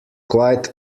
quite